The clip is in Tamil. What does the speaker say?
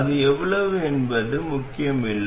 அது எவ்வளவு என்பது முக்கியமில்லை